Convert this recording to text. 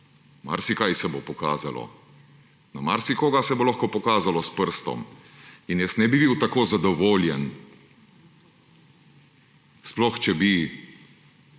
Marsikaj se bo pokazalo. Na marsikoga se bo lahko pokazalo s prstom in jaz ne bi bil tako zadovoljen, sploh če bi,